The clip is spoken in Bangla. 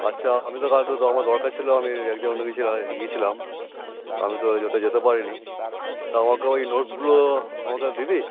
আচ্ছা আমি তো কাল তো আমার দরকার ছিলো আমি এক অন্য গিয়েছিলাম গিয়েছিলাম আমি তো ওই যেতে পারি নি তা আমাকে ওই নোটসগুলো আমাকে দিবি